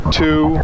two